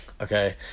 Okay